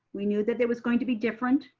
we knew that there was going to be different.